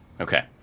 Okay